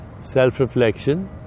self-reflection